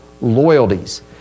loyalties